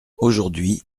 aujourd’hui